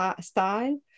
style